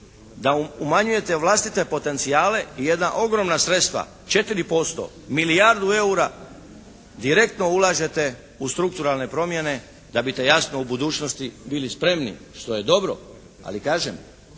da umanjujete vlastite potencijale i jedna ogromna sredstva 4% milijardu eura direktno ulažete u strukturalne promjene da biste jasno u budućnosti bili spremni što je dobro. Ali kažem,